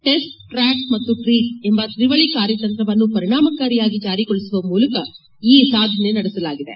test track ಹಾಗೂ treat ಎಂಬ ತ್ರಿವಳಿ ಕಾರ್ಯತಂತ್ರವನ್ನು ಪರಿಣಾಮಕಾರಿಯಾಗಿ ಜಾರಿಗೊಳಿಸುವ ಮೂಲಕ ಈ ಸಾಧನೆ ನಡೆಸಲಾಗಿದೆ